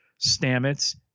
Stamets